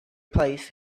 placed